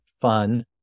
fun